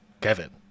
Kevin